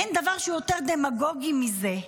אין דבר שהוא יותר דמגוגי מזה.